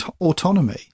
autonomy